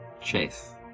Chase